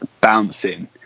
bouncing